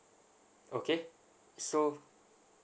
okay so